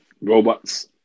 Robots